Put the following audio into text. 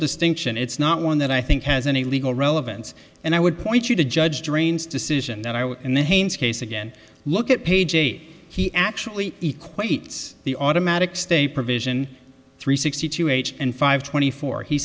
distinction it's not one that i think has any legal relevance and i would point you to judge terrains decision that i would in the haynes case again look at page eight he actually equates the automatic stay provision three sixty two eight and five twenty four he